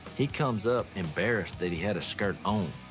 he comes up embarrassed that he had a skirt on.